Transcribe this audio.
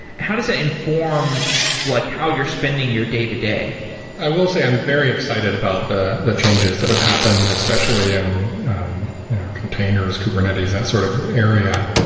how does that inform like how you're spending your day-to-day? i will say i'm very excited about the the changes that have happened, especially in containers, kubernetes, that sort of area.